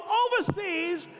overseas